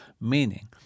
meaning